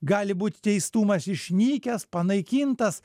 gali būti teistumas išnykęs panaikintas